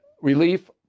relief